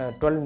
12